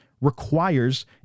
requires